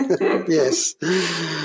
Yes